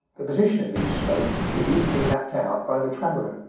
the position of these smokes could be easily mapped out by the traveller.